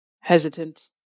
Hesitant